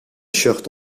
shirt